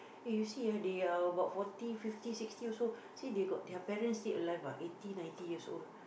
eh you see ah they are about forty fifty sixty also see they got their parents still alive what eighty ninety years old